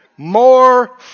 More